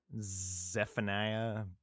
Zephaniah